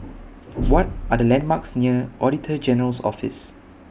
What Are The landmarks near Auditor General's Office